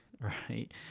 right